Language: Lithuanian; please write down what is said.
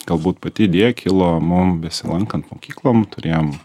galbūt pati idėja kilo mum besilankant mokyklom turėjom